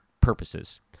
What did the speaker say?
purposes